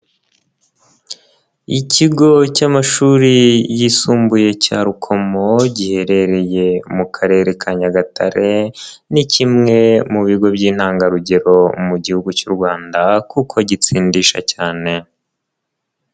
Ikigo cy'amashuri yisumbuye cya Rukomo giherereye mu karere ka Nyagatare, ni kimwe mu bigo by'intangarugero mu gihugu cy'u Rwanda kuko gitsindisha cyane.